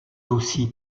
aussi